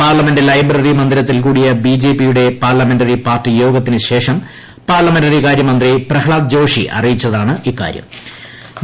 parliament library മന്ദിരത്തിൽ കൂടിയ B J പിയുടെ പാർലമെന്ററി പാർട്ടി യോഗത്തിന് ശേഷം പാർലമെന്ററി കാര്യ മന്ത്രി പ്രഹ്ളാദ് ജോഷി അറിയിച്ചതാണ് ഇക്കാരൃം